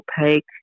opaque